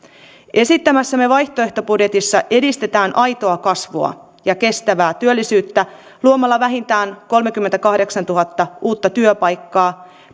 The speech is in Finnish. esittämässämme vaihtoehtobudjetissa edistetään aitoa kasvua ja kestävää työllisyyttä luomalla vähintään kolmekymmentäkahdeksantuhatta uutta työpaikkaa